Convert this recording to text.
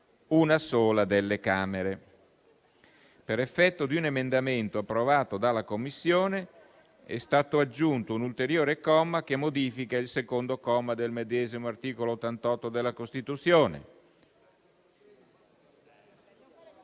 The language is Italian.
una sola delle Camere. Per effetto di un emendamento approvato dalla Commissione, è stato aggiunto un ulteriore comma che modifica il secondo comma del medesimo articolo 88 della Costituzione,